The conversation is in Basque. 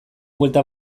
buelta